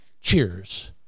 cheers